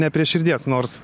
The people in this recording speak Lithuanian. ne prie širdies nors